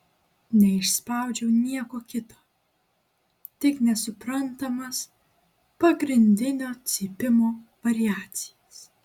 neišspaudžiau nieko kito tik nesuprantamas pagrindinio cypimo variacijas